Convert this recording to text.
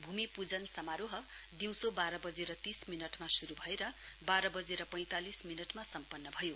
भूमि पूजन समारोह दिउँसो बाह्र बजेर तीस मिनटमा शरू भएर बाह्र बजेर पैंतालिस मिनटमा सम्पन्न भयो